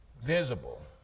visible